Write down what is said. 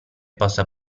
possa